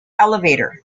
elevator